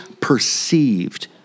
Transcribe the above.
perceived